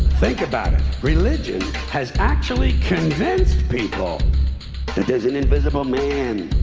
think about it. religion has actually convinced people there's an invisible man